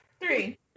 three